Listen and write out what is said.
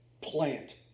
plant